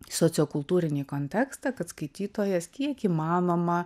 sociokultūrinį kontekstą kad skaitytojas kiek įmanoma